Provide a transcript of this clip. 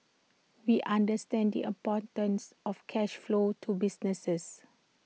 we understand the importance of cash flow to businesses